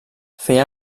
feia